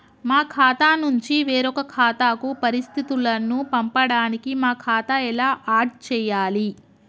మా ఖాతా నుంచి వేరొక ఖాతాకు పరిస్థితులను పంపడానికి మా ఖాతా ఎలా ఆడ్ చేయాలి?